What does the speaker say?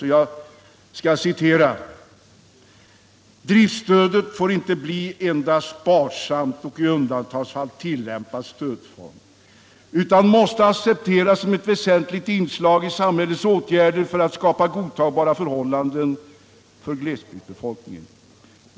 Jag citerar ur reservationen 6: ”Driftsstödet får inte bli en endast sparsamt och i undantagsfall tillämpad stödform utan måste accepteras som ett väsentligt inslag i samhällets åtgärder för att skapa godtagbara förhållanden för glesbygdsbefolkningen.